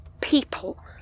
people